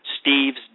steve's